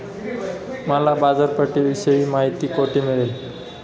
मला बाजारपेठेविषयी माहिती कोठे मिळेल?